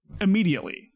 immediately